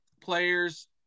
players